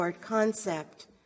concept